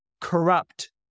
corrupt